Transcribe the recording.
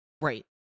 Right